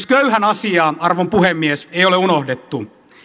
köyhän asiaa arvon puhemies ei ole unohdettu